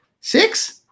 Six